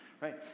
right